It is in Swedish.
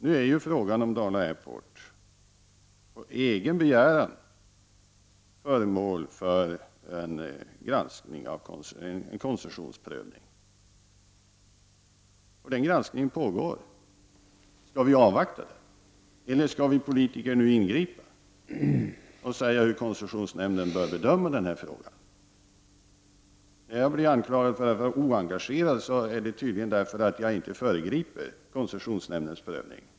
Nu är ju frågan om Dala Airport — på egen begäran — föremål för en koncessionsprövning. Den granskningen pågår alltså. Skall vi avvakta denna, eller skall vi politiker ingripa nu och tala om för koncessionsnämnden hur frågan bör bedömas? Jag anklagas för att vara oengagerad. Men det gör man tydligen, därför att jag inte föregriper koncessionsnämndens prövning.